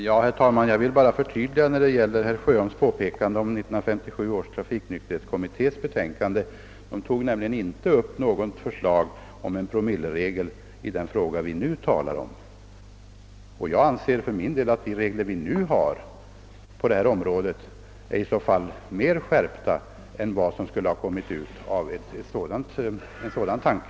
Herr talman! Jag vill bara göra ett förtydligande med anledning av herr Sjöholms påpekande om 1957 års trafiknykterhetskommittés betänkande. Denna kommitté tog såvitt jag kan erinra mig inte upp något förslag om en promilleregel i det sammanhang vi nu talar om. Jag anser för övrigt att de regler vi nu har på detta område är mer skärpta än vad som skulle ha följt av en sådan tanke.